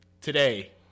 today